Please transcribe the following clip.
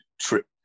trip